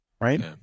right